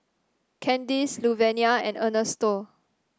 Candis Luvenia and Ernesto